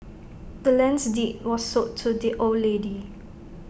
the land's deed was sold to the old lady